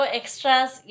extras